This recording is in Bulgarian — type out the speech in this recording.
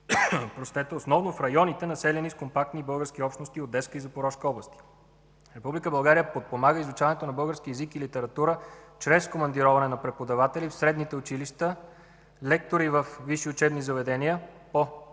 2011 г. основно в районите, населени с компактни български общности в Одеска и Запорожка области. Република България подпомага изучаването на български език и литература чрез командироване на преподаватели в средните училища, лектори във висши учебни заведения по